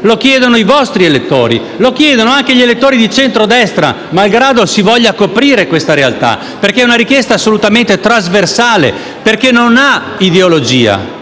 lo chiedono i vostri elettori e anche gli elettori di centrodestra, malgrado si voglia coprire questa realtà. È una richiesta assolutamente trasversale, perché non ha ideologia.